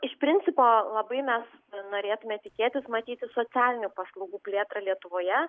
iš principo labai mes norėtume tikėtis matyti socialinių paslaugų plėtrą lietuvoje